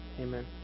Amen